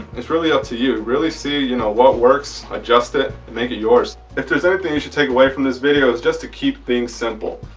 it's really up to you really see you know what works adjust it and make it yours. if there's anything you should take away from this video is just to keep things simple.